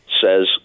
says